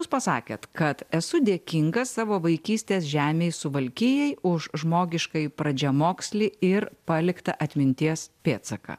jūs pasakėt kad esu dėkingas savo vaikystės žemei suvalkijai už žmogiškąjį pradžiamokslį ir paliktą atminties pėdsaką